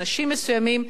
אנשים מסוימים,